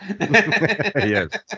Yes